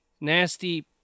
nasty